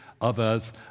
others